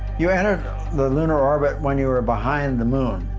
you added the lunar orbit when you were behind the moon,